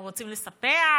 הם רוצים לספח,